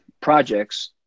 projects